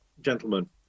gentlemen